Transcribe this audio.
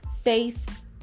Faith